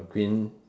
green